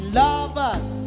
lovers